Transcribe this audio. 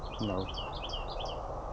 No